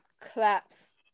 claps